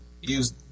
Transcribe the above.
use